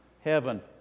Heaven